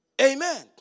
Amen